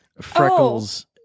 Freckles